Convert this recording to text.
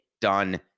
done